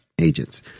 agents